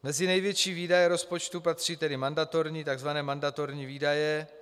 Mezi největší výdaje rozpočtu patří tedy takzvané mandatorní výdaje.